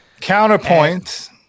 Counterpoint